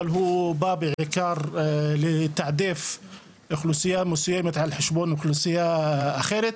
אבל הוא בא בעיקר לתעדף אוכלוסייה מסוימת על חשבון אוכלוסייה אחרת.